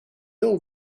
old